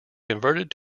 converted